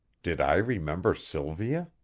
did i remember sylvia?